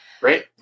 Right